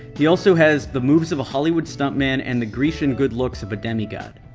he also has the moves of a hollywood stuntman and the grecian good looks of a demigod.